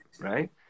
right